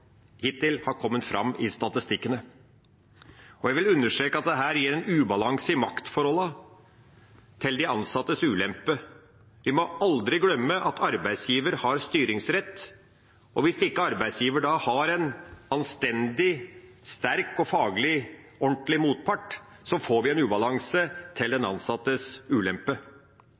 hittil har kommet fram i statistikkene. Jeg vil understreke at dette gir en ubalanse i maktforholdene til de ansattes ulempe. Vi må aldri glemme at arbeidsgiveren har styringsrett. Hvis ikke arbeidsgiveren da har en anstendig, sterk og faglig ordentlig motpart, får vi en ubalanse til den ansattes ulempe.